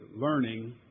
learning